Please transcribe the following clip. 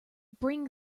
bring